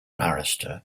barrister